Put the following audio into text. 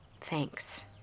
Thanks